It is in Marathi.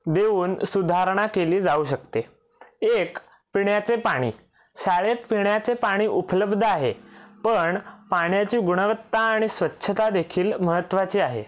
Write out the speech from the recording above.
देऊन सुधारणा केली जाऊ शकते एक पिण्याचे पाणी शाळेत पिण्याचे पाणी उपलब्ध आहे पण पाण्याची गुणवत्ता आणि स्वच्छता देखील महत्त्वाचे आहे